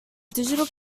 digital